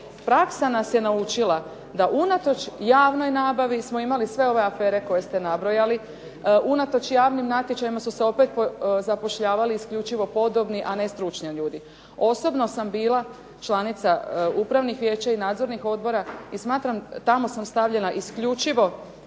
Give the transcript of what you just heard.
praksa nas je naučila da unatoč javnoj nabavi smo imali sve ove afere koje smo nabrojali, da unatoč javnim natječajima su se zapošljavali podobni a ne stručni ljudi. Osobno sam bila članica upravnih vijeća i nadzornih odbora, i smatram tamo sam stavljena isključivo